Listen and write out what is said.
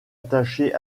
attachées